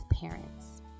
parents